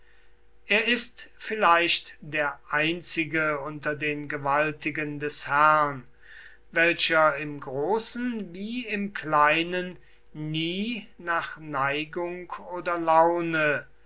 er ist vielleicht der einzige unter den gewaltigen des herrn welcher im großen wie im kleinen nie nach neigung oder laune